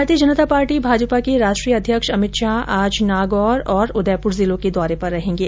भारतीय जनता पार्टी भाजपा के राष्ट्रीय अध्यक्ष अमित शाह आज नागौर और उदयपुर जिलों के दौरे पर रहेंगे